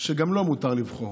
שגם לו מותר לבחור.